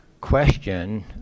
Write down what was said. question